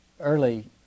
early